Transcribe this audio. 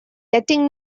letting